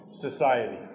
society